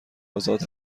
آزاد